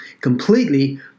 completely